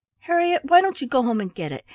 harriett, why don't you go home and get it,